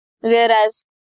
Whereas